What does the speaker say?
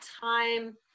time